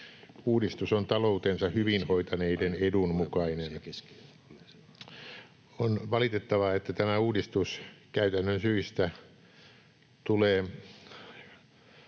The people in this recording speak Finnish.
Uudistus on taloutensa hyvin hoitaneiden edun mukainen. On valitettavaa, että tämä uudistus käytännön syistä tulee